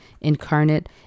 incarnate